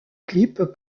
clip